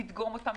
לדגום אותם,